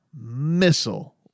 missile